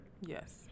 Yes